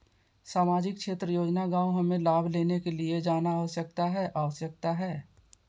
सामाजिक क्षेत्र योजना गांव हमें लाभ लेने के लिए जाना आवश्यकता है आवश्यकता है?